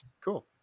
Cool